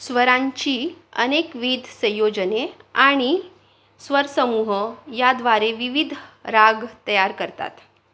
स्वरांची अनेकविध संयोजने आणि स्वरसमूह याद्वारे विविध राग तयार करतात